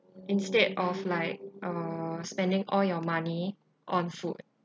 instead of like uh spending all your money on food